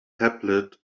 tablet